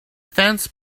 fence